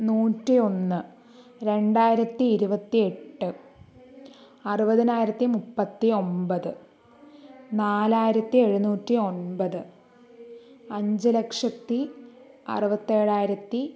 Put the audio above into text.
നൂറ്റിയൊന്ന് രണ്ടായിരത്തി ഇരുപത്തിയെട്ട് അറുപതിനായിരത്തി മുപ്പത്തി ഒൻപത് നാലായിരത്തി എഴുന്നൂറ്റി ഒൻപത് അഞ്ച് ലക്ഷത്തി അറുപത്തേഴായിരത്തി